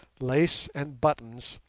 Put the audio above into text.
lace, and buttons,